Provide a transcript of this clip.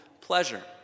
pleasure